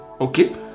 okay